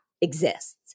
exists